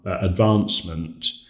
advancement